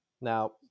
Now